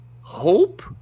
hope